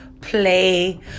play